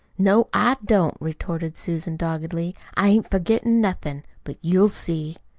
no, i don't, retorted susan doggedly. i ain't forgettin' nothin'. but you'll see!